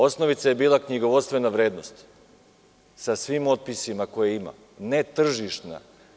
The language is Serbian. Osnovica je bila knjigovodstvena vrednost, sa svim otpisima koje ima, ne tržišna.